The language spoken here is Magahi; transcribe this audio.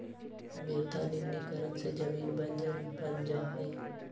मृदा निम्नीकरण से जमीन बंजर बन जा हई